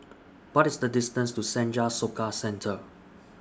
What IS The distance to Senja Soka Centre